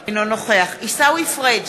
אינו נוכח עיסאווי פריג'